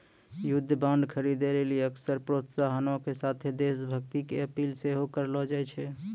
युद्ध बांड खरीदे लेली अक्सर प्रोत्साहनो के साथे देश भक्ति के अपील सेहो करलो जाय छै